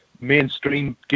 mainstream